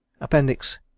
Appendix